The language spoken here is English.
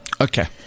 Okay